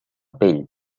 pell